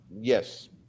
Yes